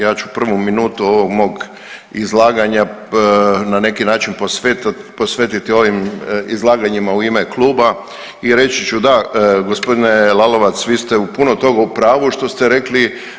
Ja ću prvu minutu ovog mog izlaganja na neki način posvetiti ovim izlaganjima u ime kluba i reći ću da, gospodine Lalovac vi ste u puno toga u pravu što ste rekli.